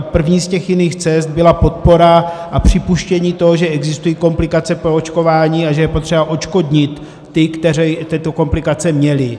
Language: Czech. První z těch jiných cest byla podpora a připuštění toho, že existují komplikace po očkování a že je potřeba odškodnit ty, kteří tyto komplikace měli.